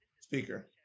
Speaker